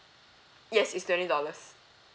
yes it's twenty dollars